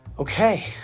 Okay